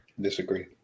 Disagree